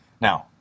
Now